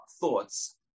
thoughts